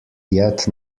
yet